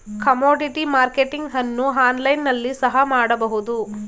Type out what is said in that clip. commodity marketing ಅನ್ನು online ನಲ್ಲಿ ಸಹ ಮಾಡಬಹುದು